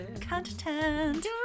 Content